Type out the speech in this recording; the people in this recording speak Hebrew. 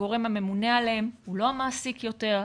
הגורם הממונה עליהם הוא לא המעסיק יותר,